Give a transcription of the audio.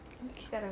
sekarang